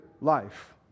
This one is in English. life